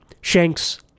Shanks